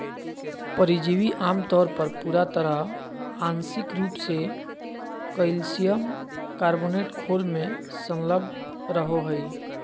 परिजीवी आमतौर पर पूरा तरह आंशिक रूप से कइल्शियम कार्बोनेट खोल में संलग्न रहो हइ